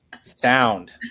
sound